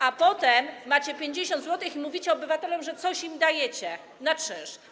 A potem macie 50 zł i mówicie obywatelom, że coś im dajecie na czynsz.